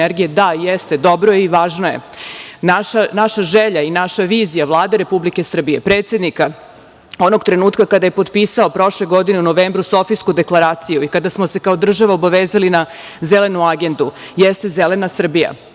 da jeste, dobro je, i važno je. Naša želja i naša vizija Vlade Republike Srbije, predsednika, onog trenutka kada je potpisao prošle godine u novembru Sofijsku deklaraciju, kada smo se kao država obavezali na zelenu agendu, jeste zelena Srbija. Godine